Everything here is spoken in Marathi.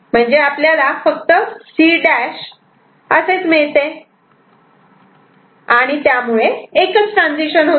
म्हणजे आपल्याला फक्त C' असे मिळते आणि त्यामुळे एकच ट्रान्झिशन होते